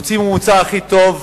הוא הוציא ממוצע הכי טוב בארץ.